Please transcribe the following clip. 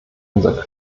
unser